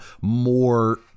more